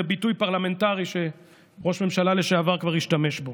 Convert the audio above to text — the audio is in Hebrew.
זה ביטוי פרלמנטרי שראש ממשלה לשעבר כבר השתמש בו.